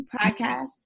Podcast